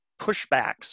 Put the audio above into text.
pushbacks